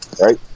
right